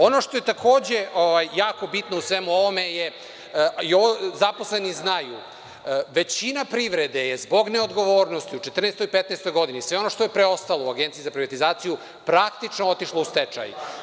Ono što je, takođe, jako bitno u svemu ovome, zaposleni znaju, većina privrede je zbog neodgovornosti u 2014. i 2015. godini, sve ono što je preostalo u Agenciji za privatizaciju, praktično otišlo u stečaj.